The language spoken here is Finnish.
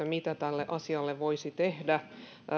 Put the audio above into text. mitä tälle asialle voisi tehdä